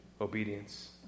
Obedience